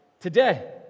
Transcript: today